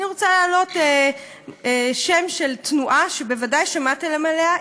אני רוצה להעלות שם של תנועה שבוודאי שמעתם עליה,